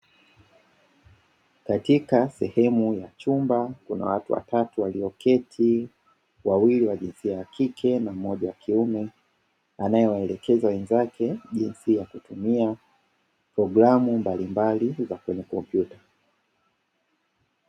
Katika sehemu ya chumba kuna watu watatu walioketi, wawili wa jisia ya kike na mmoja wa kiume, anaewaelekeza wenzake jinsi ya kutumia programu mbalimbali za kwenye kompyuta.